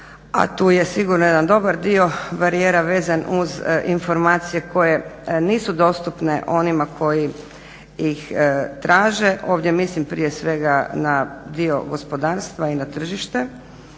a to je sigurno jedan dobar dio barijera vezan uz informacije koje nisu dostupne onima koji ih traže, ovdje mislim prije svega na dio gospodarstva i na tržište